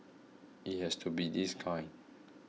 it has to be this kind